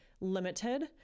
limited